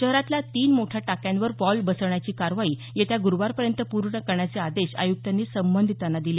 शहरातल्या तीन मोठ्या टाक्यांवर व्हॉल्व बसवण्याची कारवाई येत्या गुरुवारपर्यंत पूर्ण करण्याचे आदेश आयुक्तांनी संबधितांना दिले